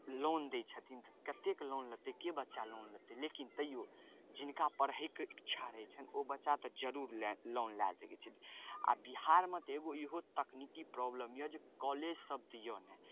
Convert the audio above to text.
loan दै छथिन कतेक लोन लेतै के बच्चा लोन लेतै लेकिन तैओ जिनका पढ़ैके इच्छा रहै छनि ओ बच्चा तऽ जरूर लै लोन लै सकै छथि आओर बिहारमे तऽ एगो इहो तकनीकी प्रॉब्लम यऽ जे कॉलेजसब तऽ यऽ नहि